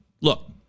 Look